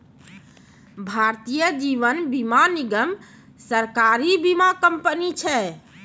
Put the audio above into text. भारतीय जीवन बीमा निगम, सरकारी बीमा कंपनी छै